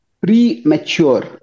premature